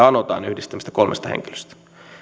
anotaan yhdistämistä kolmesta henkilöstä